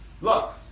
Look